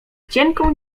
cienką